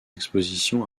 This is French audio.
expositions